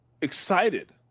excited